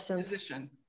position